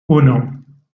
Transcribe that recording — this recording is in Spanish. uno